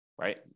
right